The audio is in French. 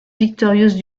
victorieuses